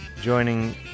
joining